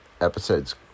episodes